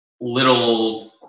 little